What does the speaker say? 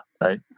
right